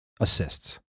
assists